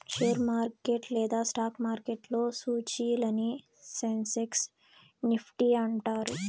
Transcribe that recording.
share market లేదా stock మార్కెట్లో సూచీలని సెన్సెక్స్ నిఫ్టీ అంటారు